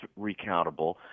recountable